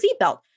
seatbelt